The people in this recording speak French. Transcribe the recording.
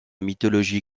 mythologie